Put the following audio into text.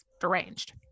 deranged